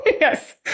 Yes